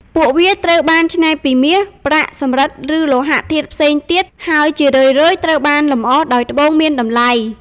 ពួកវាត្រូវបានច្នៃពីមាស ប្រាក់ សំរឹទ្ធិ ឬលោហៈធាតុផ្សេងទៀត ហើយជារឿយៗត្រូវបានលម្អដោយត្បូងមានតម្លៃ។